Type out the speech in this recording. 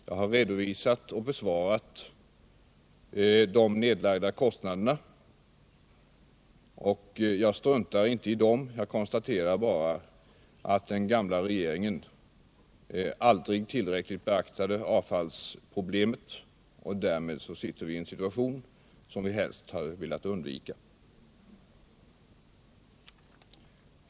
Jag har redovisat de nedlagda kostnaderna. Och jag struntar inte i dem utan konstaterar bara att den gamla regeringen aldrig tillräckligt beaktade avfallsproblemet, och därmed sitter vi i en situation som vi helst hade velat undvika.